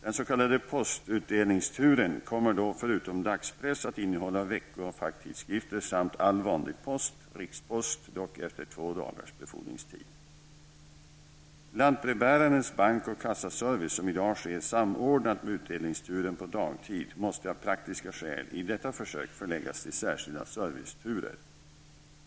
Den s.k. Lantbrevbärarens bank och kassaservice, som i dag sker samordnat med utdelningsturen på dagtid, måste av praktiska skäl, i detta försök, förläggas till särskilda serviceturer.